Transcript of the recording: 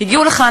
הגיעו לכאן,